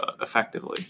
effectively